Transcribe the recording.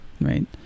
right